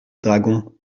dragons